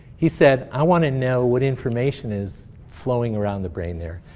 he said, i want to know what information is flowing around the brain there,